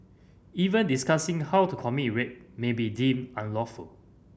even discussing how to commit rape may be deemed unlawful